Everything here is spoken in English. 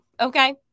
Okay